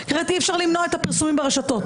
אחרת אי אפשר למנוע את הפרסומים ברשתות.